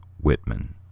Whitman